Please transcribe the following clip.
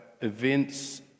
events